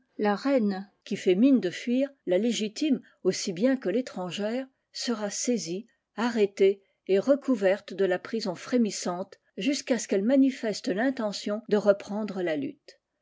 la reine mii fait mine de fuir la légitime aussi bien que rangère sera saisie arrêtée et recouverte a prison frémissante jusqu'à ce qu'elle ma'ste rintenlion de reprendre la lutte